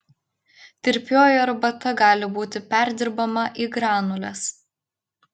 tirpioji arbata gali būti perdirbama į granules